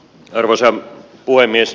arvoisa puhemies